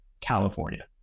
California